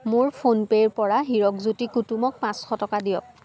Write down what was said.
মোৰ ফোনপে'ৰপৰা হীৰকজ্যোতি কুটুমক পাঁচশ টকা দিয়ক